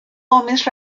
gómez